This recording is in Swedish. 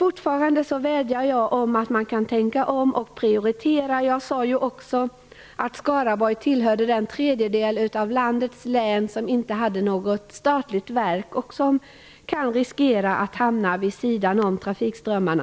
Jag vädjar att man tänker om och prioriterar. Jag sade också att Skaraborg tillhör den tredjedel av landets län som inte har något statligt verk och som kan riskera att hamna vid sidan om trafikströmmarna.